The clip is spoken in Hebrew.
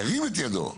ירים את ידו.